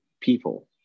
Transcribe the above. people